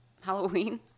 halloween